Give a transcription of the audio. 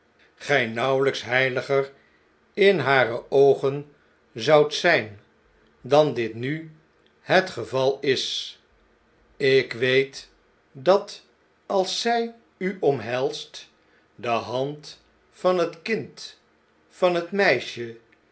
gij nauwelyks heiliger in hare oogen zoudt zjjn dan dit nu het geval is ik weet dat als zn u omhelst de hand van het kind van het meisje